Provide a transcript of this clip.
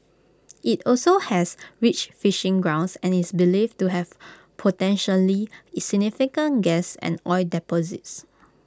IT also has rich fishing grounds and is believed to have potentially significant gas and oil deposits